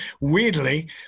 Weirdly